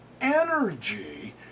energy